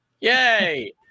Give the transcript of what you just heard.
Yay